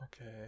okay